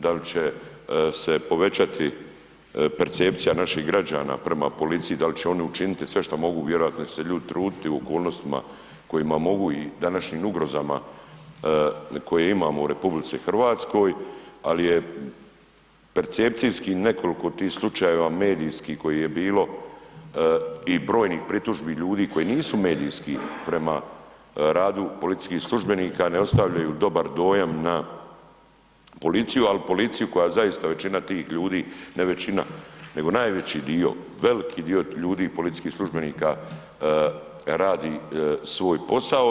Da li se povećati percepcija naših građana prema policiji, da li će oni učiniti sve što mogu, vjerojatno će se ljudi truditi u okolnostima u kojima mogu i današnjim ugrozama koje imamo u RH, ali je percepcijski nekoliko tih slučajeva tih medijskih kojih je bilo i brojnih pritužbi ljudi koji nisu medijski prema radu policijskih službenika ne ostavljaju dobar dojam na policiju, ali policiju koja zaista većina tih ljudi, ne većina, nego najveći dio, veliki dio ljudi, policijskih službenika radi svoj posao.